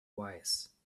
wise